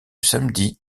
samedi